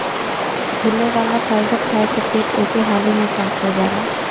घुले वाला फाइबर खाए से पेट एके हाली में साफ़ हो जाला